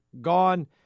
gone